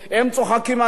הם צוחקים עלינו,